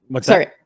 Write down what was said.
Sorry